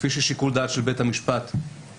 כפי ששיקול דעת של בית המשפט שוקל.